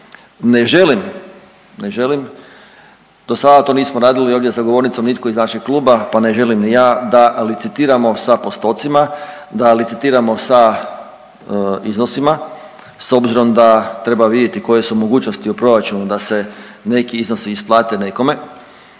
ne želim, do sada to nismo radili ovdje za govornicom, nitko iz našeg kluba, pa ne želim niti ja, da licitiramo sa postocima, da licitiramo sa iznosima, s obzirom da treba vidjeti koje su mogućnosti u proračunu da se neki iznosi isplate nekome,